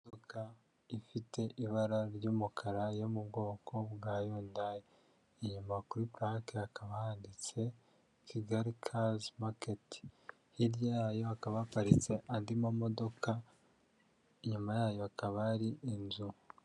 Imodoka ifite ibara ry'umukara yo mu bwoko bwa Yundayi inyuma kuri purake hakaba handitse Kigali kazi maketi hirya yayo hakaba haparitse andi mamodoka inyuma yayo hakaba hari inzu.